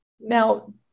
now